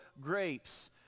grapes